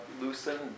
loosen